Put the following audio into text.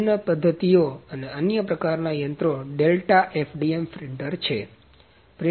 અન્ય પદ્ધતિઓ અથવા અન્ય પ્રકારના યંત્રો ડેલ્ટા FDM પ્રિન્ટર છે